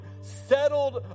settled